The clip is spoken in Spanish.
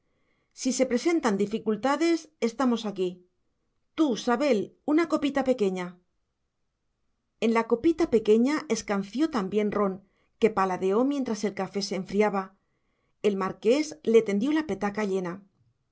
si se presentan dificultades estamos aquí tú sabel una copita pequeña en la copita pequeña escanció también ron que paladeó mientras el café se enfriaba el marqués le tendió la petaca llena